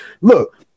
Look